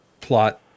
plot